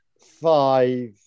five